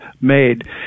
made